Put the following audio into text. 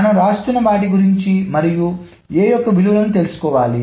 మనం వ్రాస్తున్నవాటి గురించి మరియు a యొక్క విలువలను తెలుసుకోవాలి